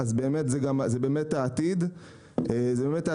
אז זה באמת העתיד א.